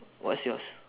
what's yours